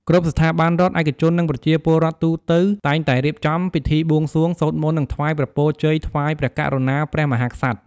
គ្រប់ ស្ថាប័នរដ្ឋ ឯកជន និង ប្រជាពលរដ្ឋទូទៅ តែងតែរៀបចំ ពិធីបួងសួង សូត្រមន្ត និង ថ្វាយព្រះពរជ័យ ថ្វាយ ព្រះករុណាព្រះមហាក្សត្រ។